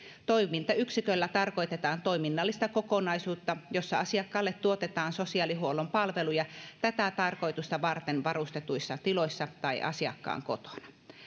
toimintayksiköllä tarkoitetaan toiminnallista kokonaisuutta jossa asiakkaalle tuotetaan sosiaalihuollon palveluja tätä tarkoitusta varten varustetuissa tiloissa tai asiakkaan kotona